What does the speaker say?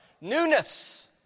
Newness